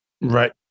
Right